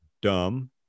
dumb